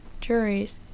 juries